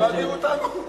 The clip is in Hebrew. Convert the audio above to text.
מה מדאיג אותנו?